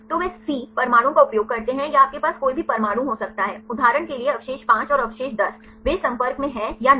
तो वे C परमाणुओं का उपयोग करते हैं या आपके पास कोई भी परमाणु हो सकता है उदाहरण के लिए अवशेष 5 और अवशेष 10 वे संपर्क में हैं या नहीं